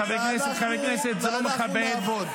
בזמן שאני הייתי --- אתה התחפשת לחייל --- אתם תצעקו ואנחנו נעבוד.